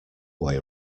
way